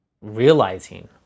realizing